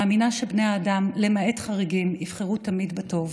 מאמינה שבני האדם, למעט חריגים, יבחרו תמיד בטוב.